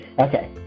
Okay